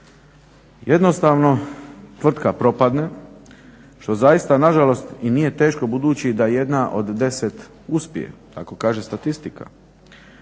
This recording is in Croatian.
Jednostavno tvrtka propadne što zaista na žalost i nije teško budući da jedna od 10 uspije. Tako kaže statistika.